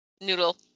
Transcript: noodle